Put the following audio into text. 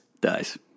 dies